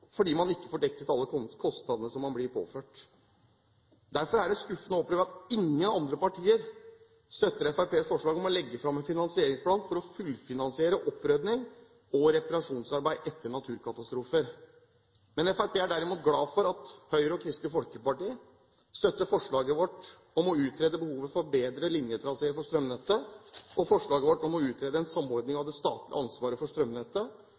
fordi man ikke får dekket alle kostnadene som man blir påført. Derfor er det skuffende å oppleve at ingen andre partier støtter Fremskrittspartiets forslag om å legge fram en finansieringsplan for å fullfinansiere opprydning og reparasjonsarbeid etter naturkatastrofer. Vi i Fremskrittspartiet er derimot glade for at Høyre og Kristelig Folkeparti støtter vårt forslag om å utrede behovet for bredere linjetraseer på strømnettet og vårt forslag om å utrede en samordning av det statlige ansvaret for strømnettet